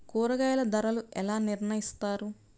కూరగాయల ధరలు ఎలా నిర్ణయిస్తారు?